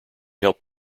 helped